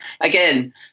Again